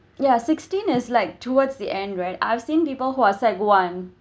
ya sixteen is like towards the end right I've seen people who are sec~ one